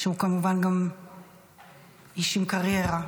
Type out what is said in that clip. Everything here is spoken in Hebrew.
שהוא כמובן גם איש עם קריירה.